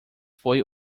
foi